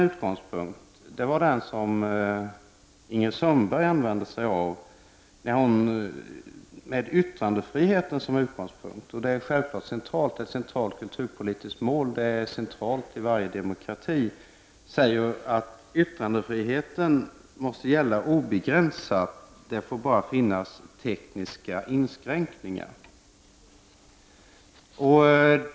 Ingrid Sundberg tar yttrandefriheten som utgångspunkt. Detta är självfallet ett centralt kulturpolitiskt mål — och det är centralt i varje demokrati. Hon sade att yttrandefriheten måste gälla obegränsat, det får bara finnas tekniska inskränkningar.